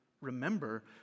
remember